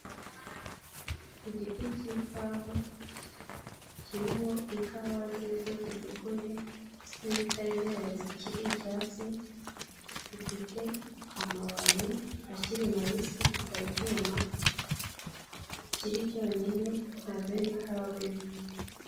Igiti k'ikawa kiriho ikawa zeze zitukuye n'izitari zera zikiri icyatsi, gifite amababi akiri mabisi kitari cyuma, kiri cyonyine nta zindi kawa biri kumwe.